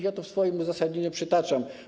Ja to w swoim uzasadnieniu przytaczam.